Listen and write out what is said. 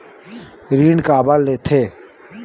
ऋण काबर लेथे?